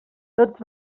tots